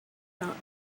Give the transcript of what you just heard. not